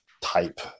type